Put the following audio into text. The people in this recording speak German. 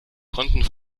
konnten